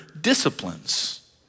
disciplines